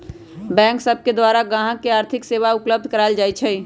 bank सब के द्वारा गाहक के आर्थिक सेवा उपलब्ध कराएल जाइ छइ